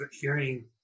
hearing